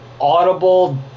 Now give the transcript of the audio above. audible